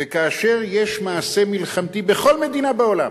וכאשר יש מעשה מלחמתי בכל מדינה בעולם,